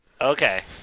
Okay